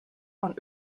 von